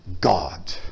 God